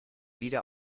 wieder